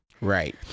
right